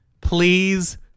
please